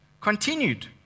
Continued